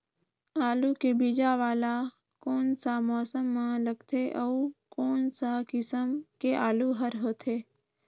आलू के बीजा वाला कोन सा मौसम म लगथे अउ कोन सा किसम के आलू हर होथे?